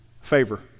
Favor